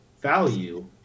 value